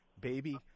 Baby